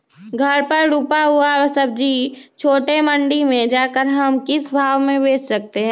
घर पर रूपा हुआ सब्जी छोटे मंडी में जाकर हम किस भाव में भेज सकते हैं?